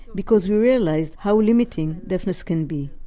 because we realized how limiting deafness can be.